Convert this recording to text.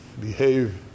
Behave